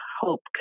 hope